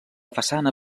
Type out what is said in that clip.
façana